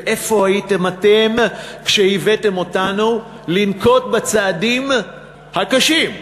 ואיפה הייתם אתם כשהבאתם אותנו לנקוט את הצעדים הקשים,